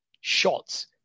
shots